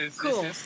Cool